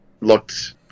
looked